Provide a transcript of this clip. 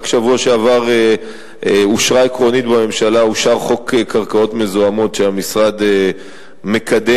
רק בשבוע שעבר אושר עקרונית בממשלה חוק קרקעות מזוהמות שהמשרד מקדם,